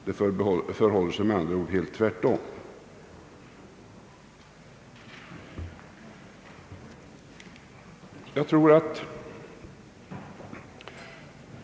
Det förhåller sig med andra ord inte som fru Wallentheim hävdar utan helt tvärtom.